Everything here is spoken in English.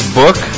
book